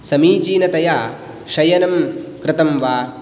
समीचीनतया शयनं कृतं वा